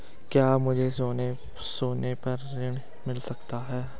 क्या मुझे सोने पर ऋण मिल सकता है?